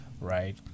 right